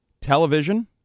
television